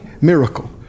miracle